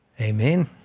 Amen